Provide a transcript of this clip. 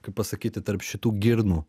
kaip pasakyti tarp šitų girnų